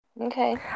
Okay